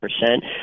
percent